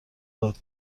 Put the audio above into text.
داد